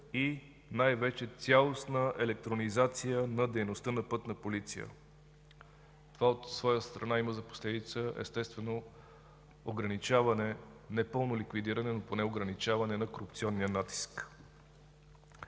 и най-вече – цялостна електронизация на дейността на Пътна полиция. Това, от своя страна, има за последица ограничаване – не пълно ликвидиране, но поне ограничаване на корупционния натиск.